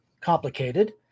complicated